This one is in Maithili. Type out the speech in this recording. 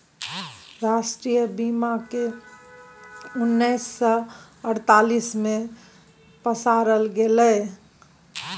राष्ट्रीय बीमाक केँ उन्नैस सय अड़तालीस मे पसारल गेलै